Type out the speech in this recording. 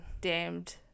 Damned